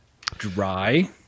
dry